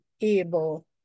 able